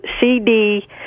CD